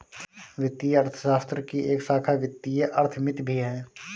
वित्तीय अर्थशास्त्र की एक शाखा वित्तीय अर्थमिति भी है